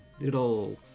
little